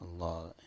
Allah